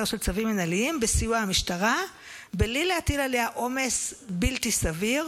של צווים מינהליים בסיוע המשטרה בלי להטיל עליה עומס בלתי סביר,